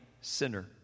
sinner